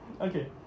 Okay